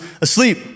asleep